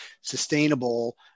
sustainable